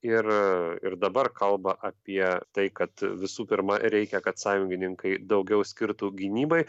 ir ir dabar kalba apie tai kad visų pirma reikia kad sąjungininkai daugiau skirtų gynybai